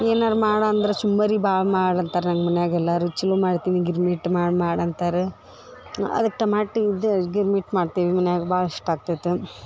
ಏನಾರ ಮಾಡಂದ್ರ ಚುರ್ಮರಿ ಭಾಳ ಮಾಡಂತರ ನಂಗೆ ಮನ್ಯಾಗ ಎಲ್ಲರು ಚಲೋ ಮಾಡ್ತೀನಿ ಗಿರ್ಮಿಟ್ ಮಾಡಿ ಮಾಡಿ ಅಂತಾರ ಅದಕ್ಕೆ ಟಮಾಟಿ ಇದ್ದ ಗಿರ್ಮಿಟ್ ಮಾಡ್ತೀವಿ ಮನ್ಯಾಗ ಭಾಳ ಇಷ್ಟ ಆಗ್ತೈತ